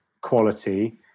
quality